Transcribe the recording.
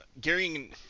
Gary